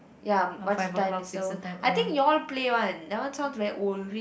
ya what's the time mister wolf I think you all play one that one sounds very old